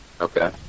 Okay